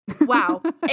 Wow